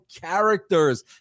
characters